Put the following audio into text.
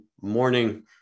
morning